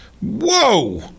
whoa